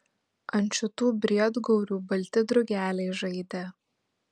ant šitų briedgaurių balti drugeliai žaidė